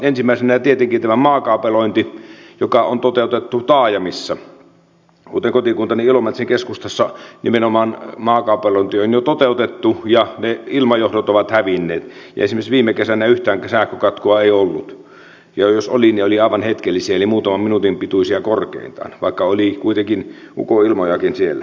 ensimmäisenä tietenkin on tämä maakaapelointi joka on toteutettu taajamissa kuten kotikuntani ilomantsin keskustassa nimenomaan maakaapelointi on jo toteutettu ja ne ilmajohdot ovat hävinneet ja esimerkiksi viime kesänä yhtään sähkökatkoa ei ollut ja jos oli niin olivat aivan hetkellisiä eli muutaman minuutin pituisia korkeintaan vaikka oli kuitenkin ukonilmojakin siellä